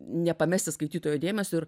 nepamesti skaitytojo dėmesio ir